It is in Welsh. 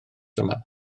yma